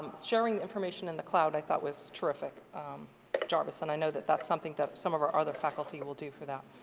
sharing information in the cloud i thought was terrific jarvis and i know that that's something that some of our other faculty will do for them.